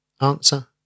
Answer